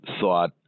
thought